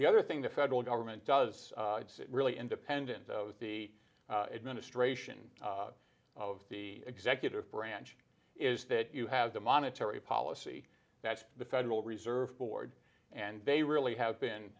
the other thing the federal government does really independent of the administration of the executive branch is that you have a monetary policy that's the federal reserve board and they really have been